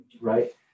right